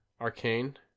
arcane